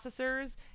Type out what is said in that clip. processors